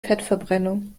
fettverbrennung